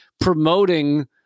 promoting